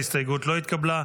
ההסתייגות לא התקבלה.